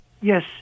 Yes